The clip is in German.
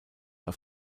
auf